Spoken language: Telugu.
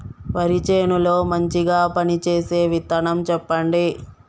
వరి చేను లో మంచిగా పనిచేసే విత్తనం చెప్పండి?